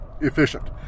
efficient